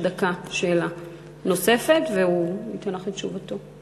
דקה שאלה נוספת והוא ייתן לך את תשובתו.